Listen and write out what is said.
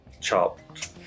Chopped